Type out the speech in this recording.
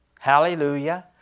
Hallelujah